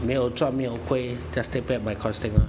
没有赚没有亏 just take back my costing lor